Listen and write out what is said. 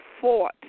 fought